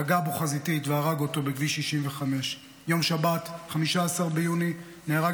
פגע בו חזיתית והרג אותו בכביש 65. ביום שבת 15 ביוני נהרג